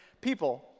people